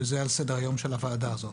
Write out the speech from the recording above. וזה על סדר היום של הוועדה הזאת.